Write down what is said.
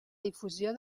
difusió